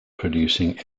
producing